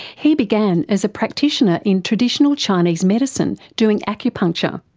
he began as a practitioner in traditional chinese medicine doing acupuncture,